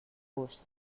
gust